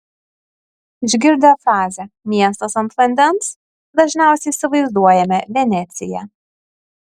išgirdę frazę miestas ant vandens dažniausiai įsivaizduojame veneciją